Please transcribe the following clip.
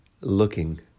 looking